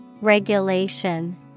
Regulation